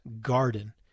garden